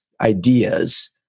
ideas